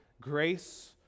grace